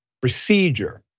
procedure